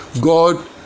God